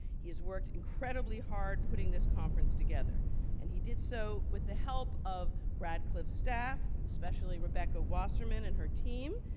he has worked incredibly hard putting this conference together and he did so with the help of radcliffe staff, especially rebecca wassarman and her team,